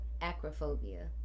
acrophobia